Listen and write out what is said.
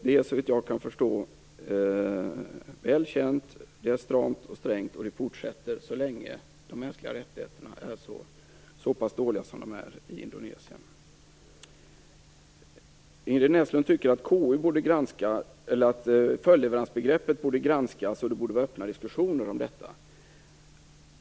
Det är såvitt jag kan förstå väl känt att det är stramt och strängt, och det fortsätter så länge de mänskliga rättigheterna är så pass dåliga som de är i Indonesien. Ingrid Näslund tycker att följdleveransbegreppet borde granskas och att det borde vara öppna diskussioner om detta.